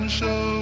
show